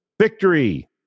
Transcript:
victory